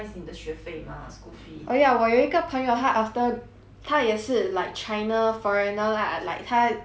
oh ya 我有一个朋友他 after 他也是 like china foreigner lah like 他打算 after